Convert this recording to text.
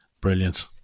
Brilliant